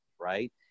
right